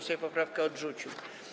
Sejm poprawkę odrzucił.